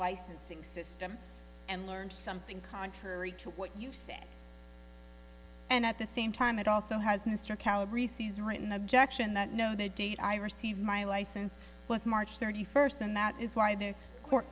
licensing system and learned something contrary to what you said and at the same time it also has mr calorie sees written objection that no the date i received my license was march thirty first and that is why the court